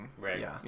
Right